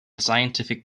scientific